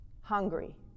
hungry